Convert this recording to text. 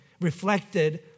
reflected